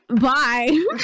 bye